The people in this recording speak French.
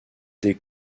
des